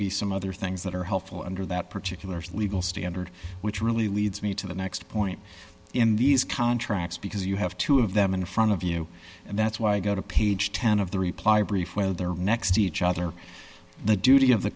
be some other things that are helpful under that particular legal standard which really leads me to the next point in these contracts because you have two of them in front of you and that's why i go to page ten of the reply brief where they're next to each other the duty of the